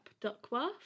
Duckworth